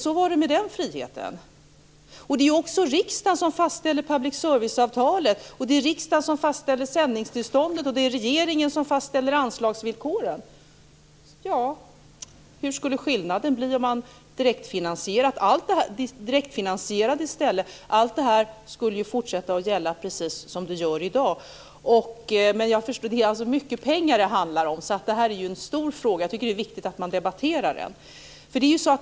Så var det med den friheten! Det är också riksdagen som fastställer public service-avtalet, det är riksdagen som fastställer sändningstillståndet, och det är regeringen som fastställer anslagsvillkoren. Vad skulle skillnaden bli om man i stället direktfinansierade? Allt detta skulle fortsätta att gälla precis som i dag. Det är mycket pengar det handlar om. Det är en stor fråga, och jag tycker att det är viktigt att man debatterar den.